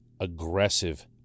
aggressive